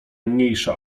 mniejsza